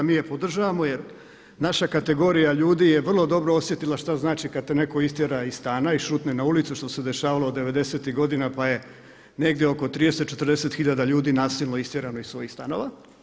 Mi je podržavamo jer naša kategorija ljudi je vrlo dobro osjetila što znači kad te netko istjera iz stana i šutne na ulicu što se dešavalo 90.tih godina pa je negdje oko 30, 40 tisuća ljudi nasilno istjerano iz svojih stanova.